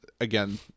again